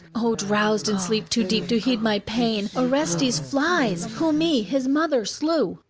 o drowsed in sleep too deep to heed my pain! orestes flies, who me, his mother, slew.